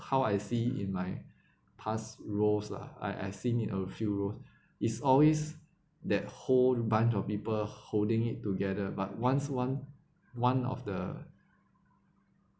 how I see in my past roles lah I I seen it a few roles is always that whole bunch of people holding it together but once one one of the